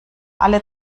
alle